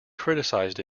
criticized